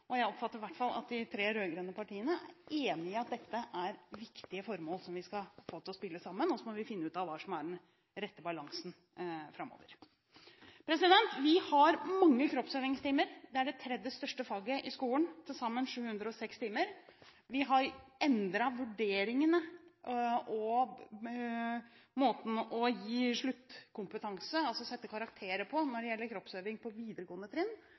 utdanning. Jeg oppfatter i hvert fall at de tre rød-grønne partiene er enig i at dette er viktige formål som vi skal få til å spille sammen, og så må vi finne ut av hva som er den rette balansen framover. Vi har mange kroppsøvingstimer – det er det tredje største faget i skolen med til sammen 706 timer. Vi har endret vurderingene og måten å gi sluttkompetanse på, altså sette karakterer, når det gjelder kroppsøving på videregående trinn,